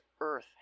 earth